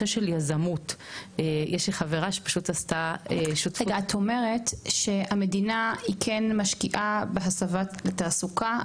את אומרת שהמדינה היא כן משקיעה בהסבה לתעסוקה,